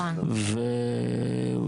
אז,